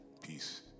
Peace